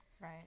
Right